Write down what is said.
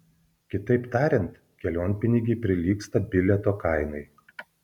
kitaip tariant kelionpinigiai prilygsta bilieto kainai